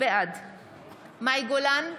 בעד מאי גולן,